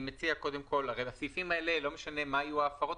לא משנה מה יהיו ההפרות,